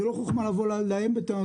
זה לא חוכמה לבוא אליהם בטענות,